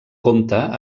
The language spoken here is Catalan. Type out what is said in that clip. comte